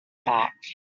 back